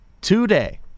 today